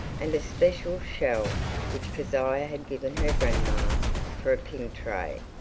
and a special shell which kezia had given her grandma for a pin-tray,